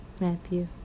Matthew